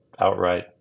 outright